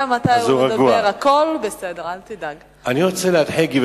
אני רוצה להתחיל,